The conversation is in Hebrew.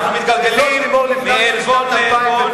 אנחנו מתגלגלים מעלבון לעלבון,